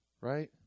Right